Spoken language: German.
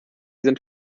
sind